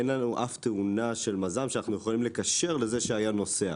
אין לנו אף תאונה של מז"ם שאנחנו יכולים לקשר לזה שהיה נוסע.